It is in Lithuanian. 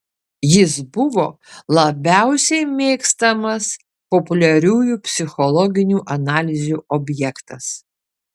jis buvo labiausiai mėgstamas populiariųjų psichologinių analizių objektas